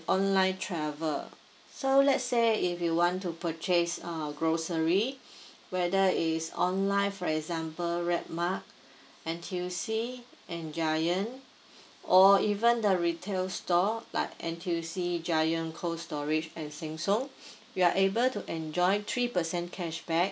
online travel so let's say if you want to purchase um grocery whether is online for example N_T_U_C and giant or even the retail store like N_T_U_C giant cold storage and saying so we are able to enjoy three percent cashback